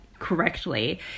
correctly